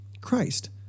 Christ